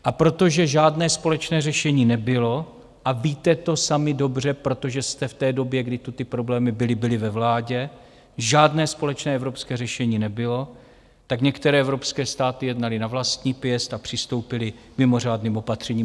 A protože žádné společné řešení nebylo, a víte to sami dobře, protože jste v té době, kdy tu ty problémy byly, byli ve vládě, žádné společné evropské řešení nebylo, tak některé evropské státy jednaly na vlastní pěst a přistoupily k mimořádným opatřením.